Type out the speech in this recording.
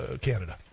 Canada